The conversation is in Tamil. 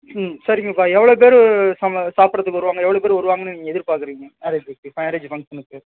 ம் சரிங்க இப்போ எவ்வளோ பேர் சம சாப்பிடுறதுக்கு வருவாங்க எவ்வளோ பேர் வருவாங்கன்னு நீங்கள் எதிர்பார்க்குறீங்க மேரேஜுக்கு மேரேஜ் ஃபங்க்ஷனுக்கு